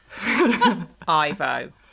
Ivo